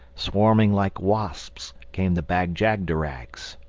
swarming like wasps, came the bag-jagderags.